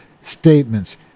statements